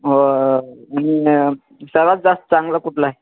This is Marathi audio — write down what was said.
हो आणि सर्वात जास्त चांगला कुठला आहे